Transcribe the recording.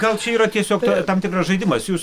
gal čia yra tiesiog tam tikras žaidimas jūs